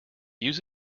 use